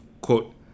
quote